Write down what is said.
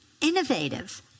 innovative